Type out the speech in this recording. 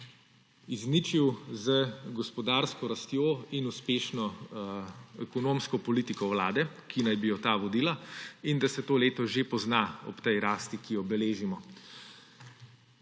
izničil z gospodarsko rastjo in uspešno ekonomsko politiko Vlade, ki naj bi jo ta vodila in da se to leto že pozna ob tej rasti, ki jo beležimo.